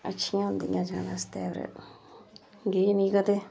अच्छियां होंदियां जाने आस्तै ब गे नी कदें